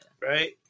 Right